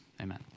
amen